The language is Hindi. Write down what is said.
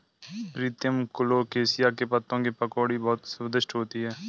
प्रीतम कोलोकेशिया के पत्तों की पकौड़ी बहुत स्वादिष्ट होती है